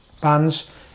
bands